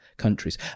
countries